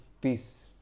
peace